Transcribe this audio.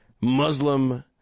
Muslim